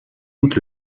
doute